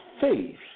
faith